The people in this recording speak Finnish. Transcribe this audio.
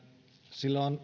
siitä on